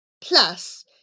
Plus